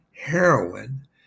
heroin